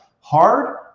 hard